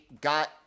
got